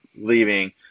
leaving